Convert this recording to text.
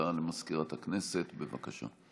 הודעה למזכירת הכנסת, בבקשה.